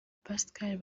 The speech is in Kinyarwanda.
pascal